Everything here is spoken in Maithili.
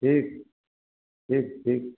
ठीक ठीक ठीक